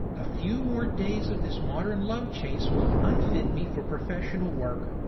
a few more days of this modern love chase will unfit me for professional work.